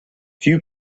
few